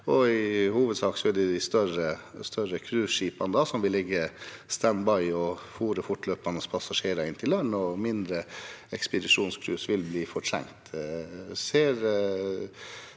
i hovedsak er det de større cruiseskipene som vil ligge «stand by» og fortløpende fôre passasjerer inn til land, og mindre ekspedisjonscruise vil bli fortrengt.